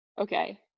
okay